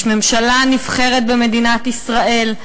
יש ממשלה נבחרת במדינת ישראל.